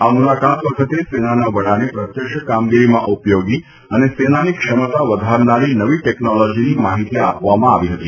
આ મુલાકાત વખતે સેનાના વડાને પ્રત્યક્ષ કામગીરીમાં ઉપયોગી અને સેનાની ક્ષમતા વધારનારી નવી ટેકનોલોજીની માહિતી આપવામાં આવી હતી